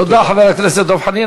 תודה, חבר הכנסת דב חנין.